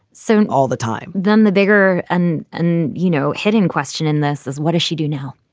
soon. all the time then the bigger and. and, you know, hitting question in this is what does she do now?